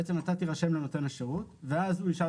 בעצם אתה תירשם לנותן השירות ואז הוא ישאל